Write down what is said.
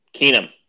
Keenum